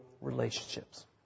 relationships